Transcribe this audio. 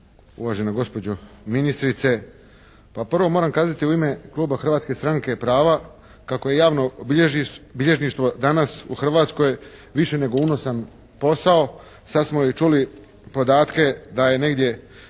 uvažena gospođo ministrice. Pa prvo moram kazati u ime kluba Hrvatske stranke prava kako je javno bilježništvo danas u Hrvatskoj više nego unosan posao. Sad smo i čuli podatke da je negdje